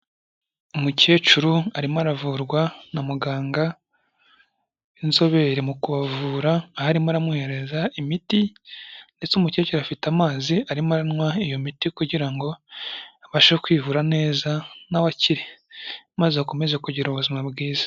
Umukecuru arimo aravurwa na muganga w'inzobere mu kubavura, aho arimo aramuhereza imiti ndetse umukecuru afite amazi, arimo aranywa iyo miti kugira ngo abashe kwivura neza na we akire maze akomeze kugira ubuzima bwiza.